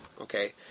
okay